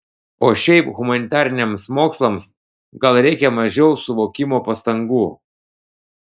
o šiaip humanitariniams mokslams gal reikia mažiau suvokimo pastangų